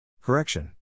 Correction